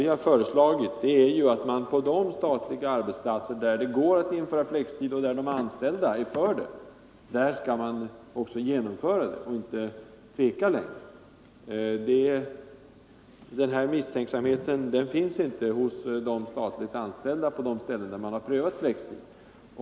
Vi har föreslagit att man på de statliga arbetsplatser där det går, och där de anställda vill det, skall införa flextid och inte tveka längre. Den misstänksamhet herr Nilsson visade finns inte hos de statligt anställda på de arbetsplatser där man har prövat flextid.